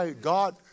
God